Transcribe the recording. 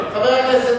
כרגע מדברים,